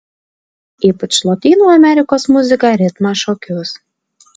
ypač lotynų amerikos muziką ritmą šokius